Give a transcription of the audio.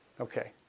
Okay